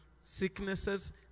sicknesses